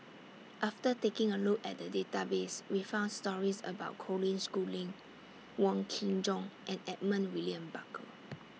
after taking A Look At The Database We found stories about Colin Schooling Wong Kin Jong and Edmund William Barker